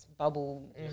bubble